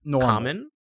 common